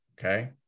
okay